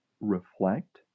reflect